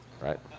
right